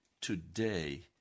Today